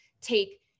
take